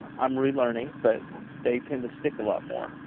i'm relearning, but they tend to stick a lot more.